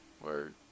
Word